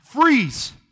FREEZE